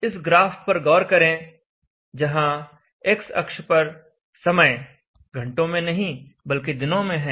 इस ग्राफ पर गौर करें जहां x अक्ष पर समय घंटों में नहीं बल्कि दिनों में है